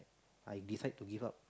I decide to give up